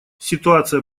ситуация